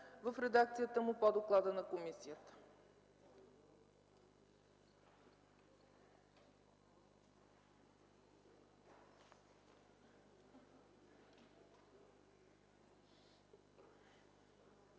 в редакцията по доклада на комисията.